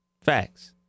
Facts